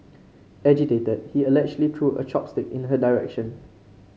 agitated he allegedly threw a chopstick in her direction